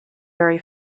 very